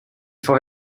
for